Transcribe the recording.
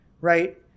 right